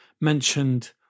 mentioned